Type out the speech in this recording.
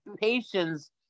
patients